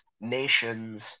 nations